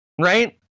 right